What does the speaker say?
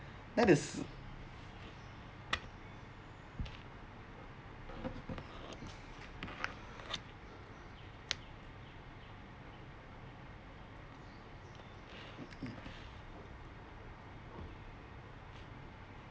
that is